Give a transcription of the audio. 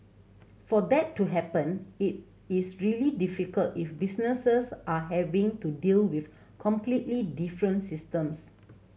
for that to happen it is really difficult if businesses are having to deal with completely different systems